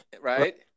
Right